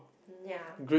ya